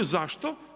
Zašto?